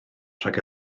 rhag